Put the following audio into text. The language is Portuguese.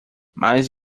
mas